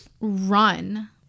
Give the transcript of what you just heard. run